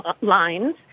lines